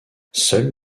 seules